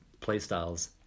playstyles